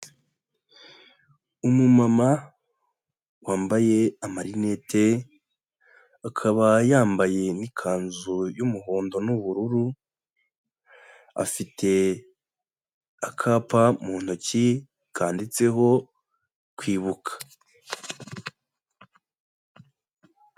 Umumama wambaye amarinete, akaba yambaye n'ikanzu y'umuhondo n'ubururu, afite akapa mu ntoki, kanditseho kwibuka.